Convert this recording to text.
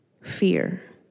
fear